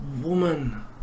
woman